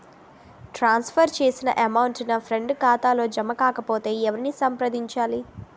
ట్రాన్స్ for చేసిన amount నా friend ఖాతాలో జమ కాకపొతే ఎవరిని సంప్రదించాలి?